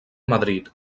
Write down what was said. madrid